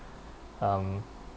um